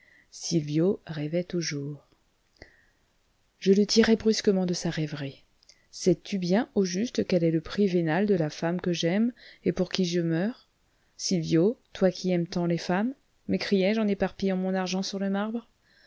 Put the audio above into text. sylvio rêvait toujours je le tirai brusquement de sa rêverie sais-tu bien au juste quel est le prix vénal de la femme que j'aime et pour qui je meurs sylvio toi qui aimes tant les femmes m'écriai-je en éparpillant mon argent sur le marbre